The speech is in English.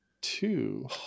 two